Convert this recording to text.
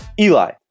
Eli